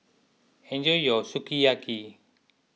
enjoy your Sukiyaki